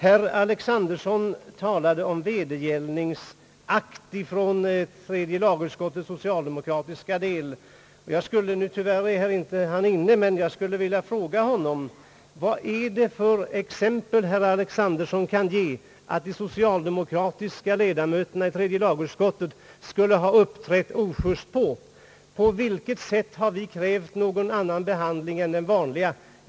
Herr Alexanderson talade om en vedergällningsakt från tredje lagutskottets socialdemokratiska del. Tyvärr är herr Alexanderson inte inne, men jag skulle vilja fråga honom vad det är för exempel han kan ge på att de socialdemokratiska ledamöterna i tredje lagutskottet skulle ha uppträtt ojust. På vilket sätt har vi krävt någon annan behandling än den vanliga?